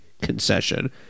concession